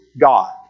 God